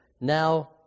Now